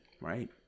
Right